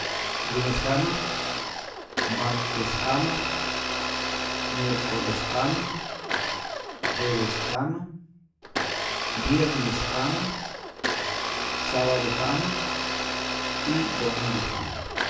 Lunes jama martes jama miercoles jama jueves jama viernes jama sabadu jama y domingu jama